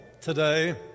today